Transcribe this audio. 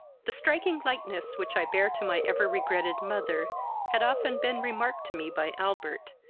the striking likeness which i bear to my ever-regretted mother had often been remarked to me by albert,